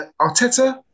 Arteta